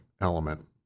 element